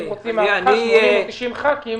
אם רוצים הארכה, צריכים להיות 90 חברי כנסת.